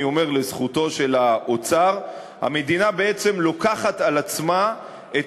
אני אומר שזה לזכותו של האוצר המדינה בעצם לוקחת על עצמה את